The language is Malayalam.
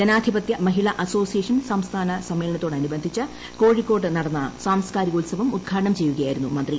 ജനാധിപത്യ മഹിളാ അസോസിയേഷൻ സംസ്ഥാന സമ്മേളനത്തോട് അനുബന്ധിച്ച് കോഴിക്കോട്ട് നടന്ന സാംസ്കാരികോത്സവം ഉദ്ഘാടനം ചെയ്യുകയായിരുന്നു മന്ത്രി